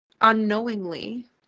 unknowingly